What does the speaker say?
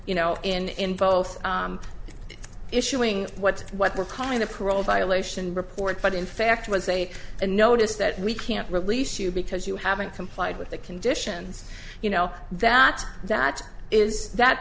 you know in both issuing what what we're calling the parole violation report but in fact was a notice that we can't release you because you haven't complied with the conditions you know that that is that